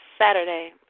Saturday